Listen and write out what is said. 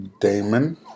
Damon